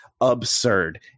absurd